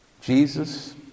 Jesus